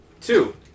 Two